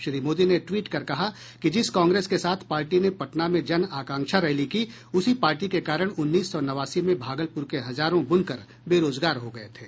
श्री मोदी ने ट्वीट कर कहा कि जिस कांग्रेस के साथ पार्टी ने पटना में जन आकांक्ष रैली की उसी पार्टी के कारण उन्नीस सौ नवासी में भागलपुर के हजारों बुनकर बेरोजगार हो गए थे